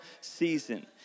season